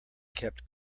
kept